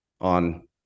on